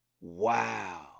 Wow